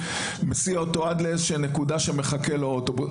מסיע אותו עד לנקודה שמחכה לו אוטובוס.